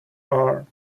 arm